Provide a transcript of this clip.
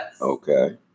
Okay